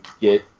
get